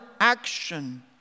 action